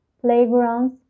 playgrounds